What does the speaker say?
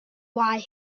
why